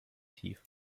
tief